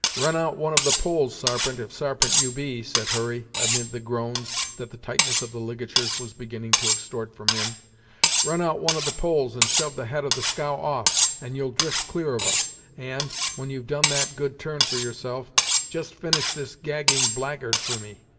run out one of the poles, sarpent, if sarpent you be, said hurry, amid the groans that the tightness of the ligatures was beginning to extort from him run out one of the poles, and shove the head of the scow off, and you'll drift clear of us and, when you've done that good turn for yourself just finish this gagging blackguard for me.